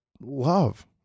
love